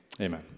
Amen